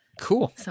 Cool